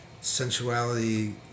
Sensuality